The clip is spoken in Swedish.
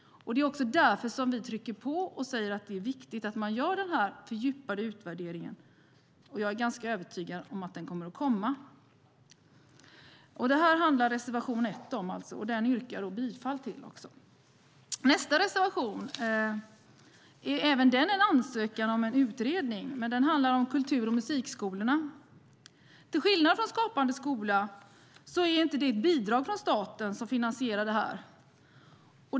Det är också därför vi trycker på och säger att det är viktigt att man gör en fördjupad utvärdering. Jag är ganska övertygad om att den kommer. Detta handlar reservation 1 om, och jag yrkar bifall till den. Nästa reservation gäller även den en önskan om en utredning, men den handlar om musik och kulturskolan. Till skillnad från Skapande skola är det inte bidrag från staten som finansierar detta.